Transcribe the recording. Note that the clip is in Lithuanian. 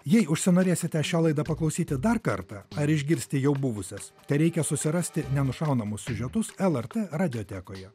jei užsinorėsite šią laidą paklausyti dar kartą ar išgirsti jau buvusias tereikia susirasti nenušaunamus siužetus lrt radiotekoje